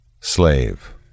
Slave